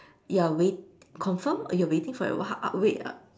you'r~ wait confirmed or you're waiting for it or how wait err